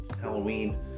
Halloween